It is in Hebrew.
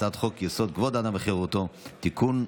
הצעת חוק-יסוד: כבוד האדם וחירותו (תיקון,